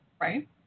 right